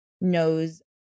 knows